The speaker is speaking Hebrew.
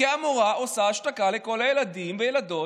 כי המורה עושה השתקה לכל הילדים והילדות